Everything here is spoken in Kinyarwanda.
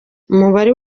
umubare